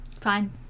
Fine